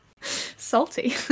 Salty